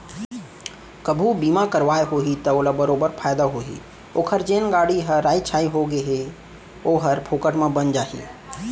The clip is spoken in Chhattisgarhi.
कभू बीमा करवाए होही त ओला बरोबर फायदा होही ओकर जेन गाड़ी ह राइ छाई हो गए हे ओहर फोकट म बन जाही